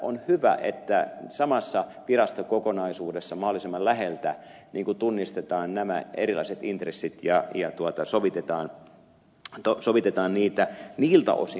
on hyvä että samassa virastokokonaisuudessa mahdollisimman läheltä tunnistetaan nämä erilaiset intressit ja sovitetaan niitä niiltä osin